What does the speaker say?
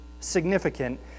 significant